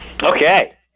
Okay